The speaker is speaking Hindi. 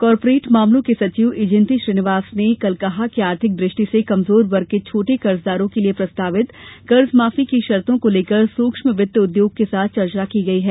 कॉरपोरेट मामलों के सचिव इंजेती श्रीनिवास ने कल कहा कि आर्थिक दृष्टि से कमजोर वर्ग के छोटे कर्जदारों के लिए प्रस्तावित कर्जमाफी की शर्तो को लेकर सूक्ष्मवित्त उद्योग के साथ चर्चा की गई है